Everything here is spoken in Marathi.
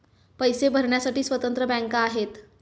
पैसे भरण्यासाठी स्वतंत्र बँका आहेत